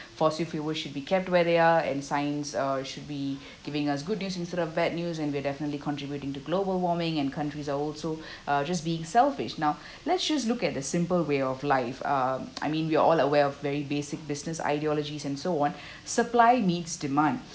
fossil fuel should be kept where they are and science uh should be giving us good news instead of bad news and we're definitely contributing to global warming and countries are also just being selfish now let's just look at the simple way of life uh I mean we're all aware of very basic business ideologies and so on supply meets demand